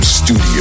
Studio